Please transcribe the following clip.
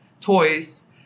toys